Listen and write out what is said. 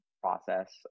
process